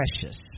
precious